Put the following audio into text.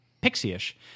Pixie-ish